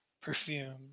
perfumed